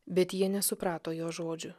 bet jie nesuprato jo žodžių